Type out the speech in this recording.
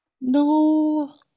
no